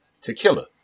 tequila